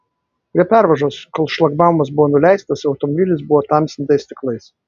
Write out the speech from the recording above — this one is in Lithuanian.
prie pervažos kol šlagbaumas buvo nuleistas automobilis buvo tamsintais stiklais